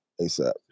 ASAP